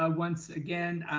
ah once again,